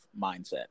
mindset